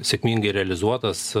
sėkmingai realizuotas